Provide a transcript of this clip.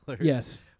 Yes